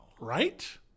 Right